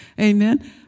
amen